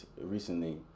recently